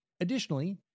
Additionally